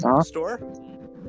store